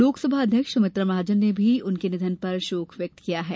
लोकसभा अध्यक्ष सुमित्रा महाजन ने भी उनके निधन पर शोक व्यक्त किया है